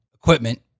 equipment